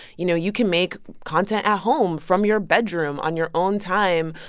you know, you can make content at home from your bedroom on your own time,